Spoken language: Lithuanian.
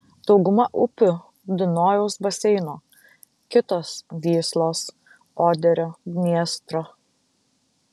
dauguma upių dunojaus baseino kitos vyslos oderio dniestro